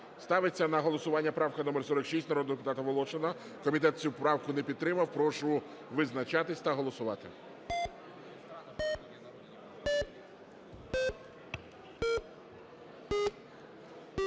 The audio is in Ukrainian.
Ставиться на голосування правка номер 46, народного депутата Волошина. Комітет цю правку не підтримав. Прошу визначатися та голосувати.